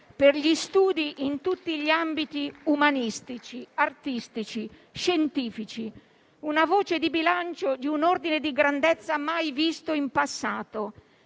per gli studi in tutti gli ambiti umanistici, artistici, scientifici; una voce di bilancio di un ordine di grandezza mai visto in passato,